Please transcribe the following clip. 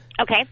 Okay